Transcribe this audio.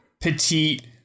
petite